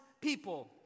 people